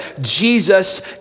Jesus